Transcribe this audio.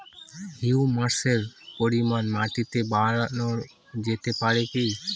হিউমাসের পরিমান মাটিতে বারানো যেতে পারে কি?